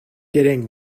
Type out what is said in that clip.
getting